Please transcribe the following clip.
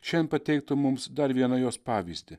šiandien pateiktų mums dar vieną jos pavyzdį